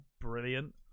brilliant